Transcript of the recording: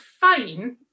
fine